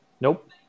Nope